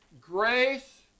Grace